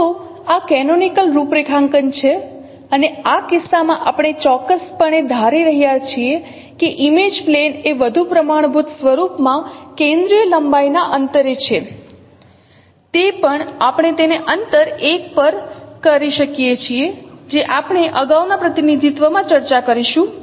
તો આ કેનોનિકલ રૂપરેખાંકન છે અને આ કિસ્સામાં આપણે ચોક્કસપણે ધારી રહ્યા છીએ કે ઇમેજ પ્લેન એ વધુ પ્રમાણભૂત સ્વરૂપમાં કેન્દ્રીય લંબાઈના અંતરે છે તે પણ આપણે તેને અંતર 1 પર કરી શકીએ છીએજે આપણે અગાઉના પ્રતિનિધિત્વમાં ચર્ચા કરીશું